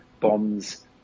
bombs